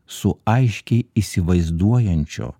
su aiškiai įsivaizduojančio